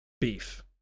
beef